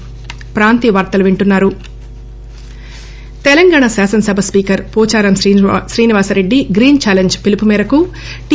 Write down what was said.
challenge Telangana శాసనసభ speaker Pocharam Srinivas Reddy green challenge పిలుపు మేరకు టి